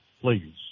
please